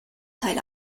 teil